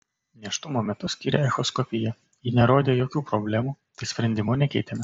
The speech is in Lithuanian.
nėštumo metu skyrė echoskopiją ji nerodė jokių problemų tai sprendimo nekeitėme